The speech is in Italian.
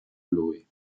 lui